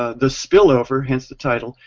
ah the spillover, hence the title,